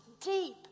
deep